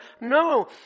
No